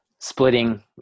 splitting